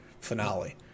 finale